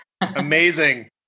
Amazing